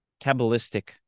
Kabbalistic